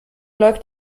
läuft